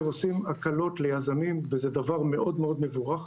עושים הקלות ליזמים וזה דבר מאוד מבורך,